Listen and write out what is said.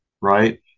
right